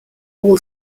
all